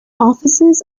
offices